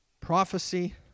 prophecy